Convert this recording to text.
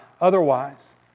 otherwise